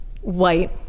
white